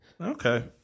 Okay